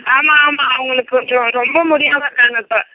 ஆமாம் ஆமாம் அவங்களுக்கு கொஞ்சம் ரொம்ப முடியாமல் இருக்காங்க இப்போ